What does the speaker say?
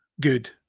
good